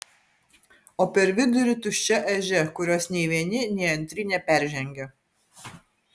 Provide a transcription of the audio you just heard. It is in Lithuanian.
o per vidurį tuščia ežia kurios nei vieni nei antri neperžengia